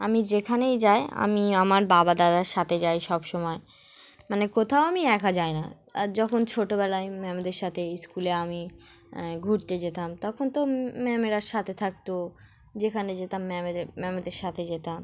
আমি যেখানেই যাই আমি আমার বাবা দাদার সাথে যাই সব সময় মানে কোথাও আমি একা যাই না আর যখন ছোটোবেলায় ম্যামদের সাথে স্কুলে আমি ঘুরতে যেতাম তখন তো ম্যামেরা সাথে থাকতো যেখানে যেতাম ম্যামের ম্যামদের সাথে যেতাম